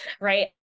right